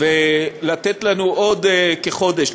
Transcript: ולתת לנו עוד כחודש,